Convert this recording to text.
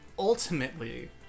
Ultimately